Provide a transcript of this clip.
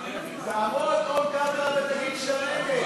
תעמוד on camera, ותגיד שאתה נגד.